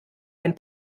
einen